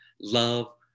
Love